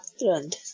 learned